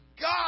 God